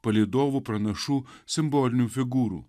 palydovų pranašų simbolinių figūrų